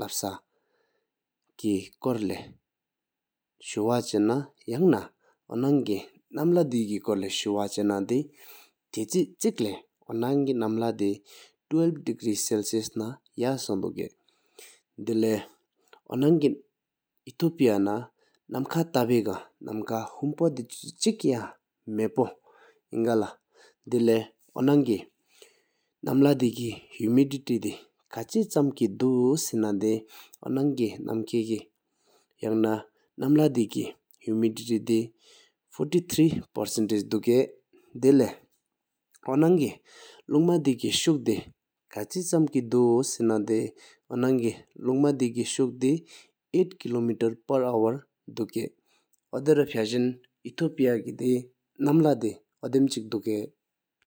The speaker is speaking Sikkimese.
གིས་ས་ནས་ལབ་ས་གིིས་སྐོར་ལས་ཤུའ་བ་ཆ་ན་ཡང་ན་འོ་ནམས་གི་ནམ་ལྷ་དེ་སྐོར་ལས་ཤུའ་བ་ཆ་ན་ད་ཐེ་ཆིག། ལསང་ཡོང་ འོ་ནམས་གི་ནམ་ལྷ་དེ་བཅུ་གཅིག་ལྔ་སྐུར་ས་ཡོངོ་བས་ཡོད་པ་དང་། དེ་ལེ་ ཨིཨམས་ སི་རང་གས་ནམ་ཁ་ལ་བཅག་ན་མ་དེ་དགུ་སུ་སུ་ ལོ་ ཀྲཇིས་ལེ་བདེ་གག་ཁ་ལ་ ནམ་ཁ་ ལདེ་རགག་དུ་ཁ་ ཀ་བ་ཅང་གིིུ་ཤུ་ལགོར་ཁད། དེ་ལེ་ འོ་ནམས་གས་ནམ་ཀྲིའེ་རམ་རི་བཏ་ལ་བཞི་དང་ པ་མ་ལྕི་འགྲེམས་བྱའི། ཨ་ར་གསི་དཀ་བཀད་ ཨིཊརི་གསི་ཨི་ཀི་ཨིབས་བར་དྲོས་རས་ཧཱི་དགེ་ནམ་ཧ་འད་ཀས་དལ་ང།